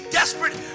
desperate